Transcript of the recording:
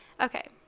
Okay